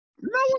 No